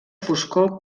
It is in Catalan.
foscor